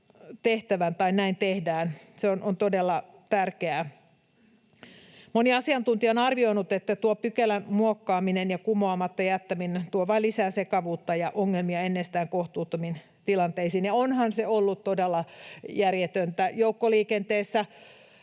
terveysvaliokunnassa tehdään. Se on todella tärkeää. Moni asiantuntija on arvioinut, että tuo pykälän muokkaaminen ja kumoamatta jättäminen tuo vain lisää sekavuutta ja ongelmia ennestään kohtuuttomiin tilanteisiin. Ja onhan se ollut todella järjetöntä, että joukkoliikenteessä